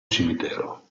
cimitero